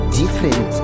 different